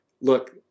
look